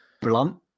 blunt